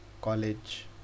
college